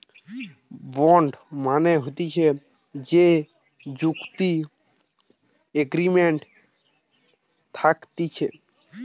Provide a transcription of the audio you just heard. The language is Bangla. বন্ড মানে হতিছে যে চুক্তি এগ্রিমেন্ট থাকতিছে